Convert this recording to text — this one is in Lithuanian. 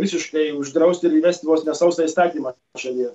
visiškai uždrausti ir įvesti vos ne sausą įstatymą žadėjo